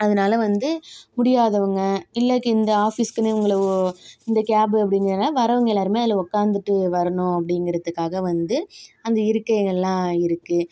அதனால வந்து முடியாதவங்க இல்லைக்கு இந்த ஆஃபீஸ்க்குனு இவங்கள இந்த கேபு அப்படிங்குறவங்க வரவங்க எல்லோருமே அதில் உட்காந்துட்டு வரணும் அப்படிங்கிறத்துக்காக வந்து அந்த இருக்கைகள்லாம் இருக்கு